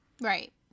right